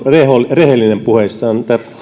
rehellinen puheissaan